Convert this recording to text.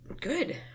Good